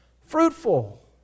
Fruitful